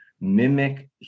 mimic